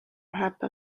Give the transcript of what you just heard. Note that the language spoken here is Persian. حبه